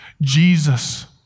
Jesus